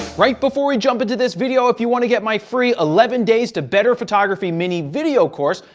right before you jump into this video, if you want to get my free eleven days to better photography mini video course,